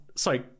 Sorry